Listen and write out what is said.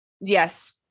Yes